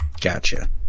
Gotcha